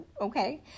Okay